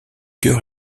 chœur